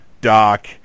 Doc